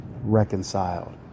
reconciled